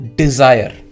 desire